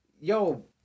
Yo